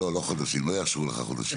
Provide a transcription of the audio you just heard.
לא לא חודשים לא יאשרו לך חודשים,